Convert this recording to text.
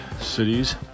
cities